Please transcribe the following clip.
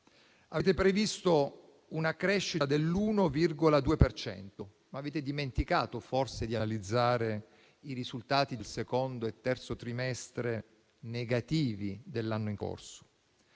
Avete previsto una crescita dell'1,2 per cento, ma avete dimenticato forse di analizzare i risultati del secondo e terzo trimestre, negativi, dell'anno in corso.